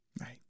Right